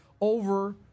over